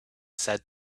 said